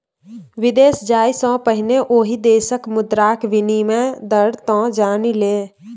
विदेश जाय सँ पहिने ओहि देशक मुद्राक विनिमय दर तँ जानि ले